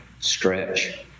stretch